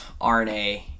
RNA